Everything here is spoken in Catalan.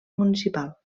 municipal